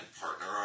partner